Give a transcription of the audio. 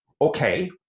Okay